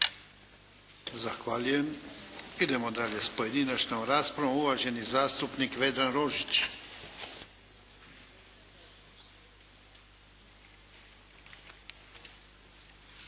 Zahvaljujem. Idemo dalje s pojedinačnom raspravom. Uvaženi zastupnik Vedran Rožić.